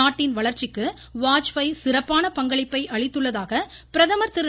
நாட்டின் வளர்ச்சிக்கு வாஜ்பாய் சிறப்பான பங்களிப்பை அளித்துள்ளதாக பிரதமர் திரு